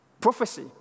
prophecy